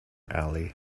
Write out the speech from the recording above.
alley